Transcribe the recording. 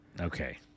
Okay